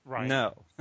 No